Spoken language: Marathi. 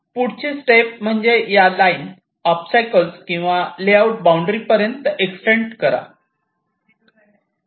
पुढची स्टेप म्हणजे या लाईन ओबस्टॅकल्स किंवा लेआउट बाउंड्री पर्यंत एक्सटेन्ड करा